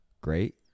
Great